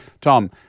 Tom